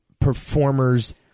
performers